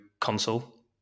console